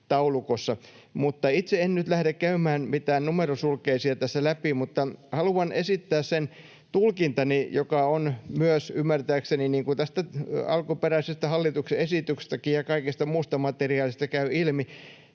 Itse en nyt lähde käymään mitään numerosulkeisia tässä läpi, mutta haluan esittää sen tulkintani, joka käy ilmi ymmärtääkseni alkuperäisestä hallituksen esityksestäkin ja kaikesta muusta materiaalista.